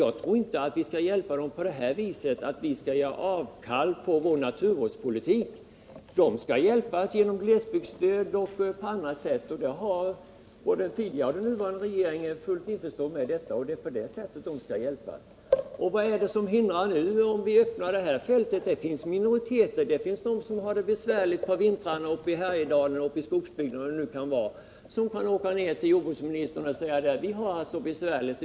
Jag tror inte att vi skall hjälpa dem genom att göra avkall på vår naturvårdspolitik — de skall hjälpas genom glesbygdsstöd och annat. Det var den tidigare regeringen införstådd med och det är även den nuvarande regeringen. Andra minoriteter har det också besvärligt under vintrarna — i Härjedalens skogsbygder t.ex. De skulle också kunna åka ned till jordbruksministern och säga: ”Vi har det så besvärligt.